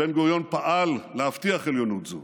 בן-גוריון פעל להבטיח עליונות זו,